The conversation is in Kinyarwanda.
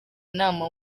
nama